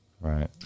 Right